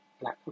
Black